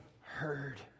heard